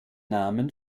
namen